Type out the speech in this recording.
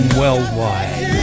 worldwide